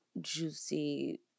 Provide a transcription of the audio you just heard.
juicy